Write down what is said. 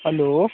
hello